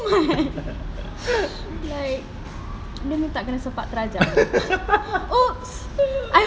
too much like dia minta kena sepak terajang !oops!